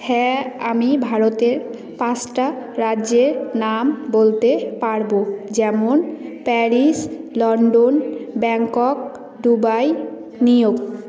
হ্যাঁ আমি ভারতের পাঁচটা রাজ্যের নাম বলতে পারবো যেমন Paris London Bangkok Dubai New York